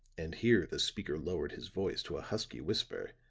and here the speaker lowered his voice to a husky whisper,